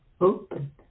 open